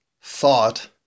thought